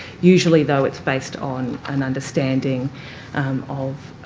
usually, though, it's based on an understanding of,